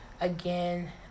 again